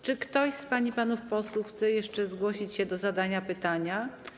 Czy ktoś z pań i panów posłów chce jeszcze zgłosić się do zadania pytania?